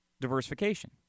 diversification